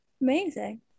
Amazing